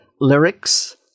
lyrics